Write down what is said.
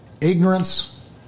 ignorance